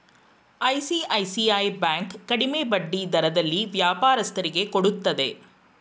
ICICI bank ಕಡಿಮೆ ಬಡ್ಡಿ ದರದಲ್ಲಿ ವ್ಯಾಪಾರಸ್ಥರಿಗೆ ಕೊಡುತ್ತದೆ